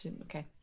okay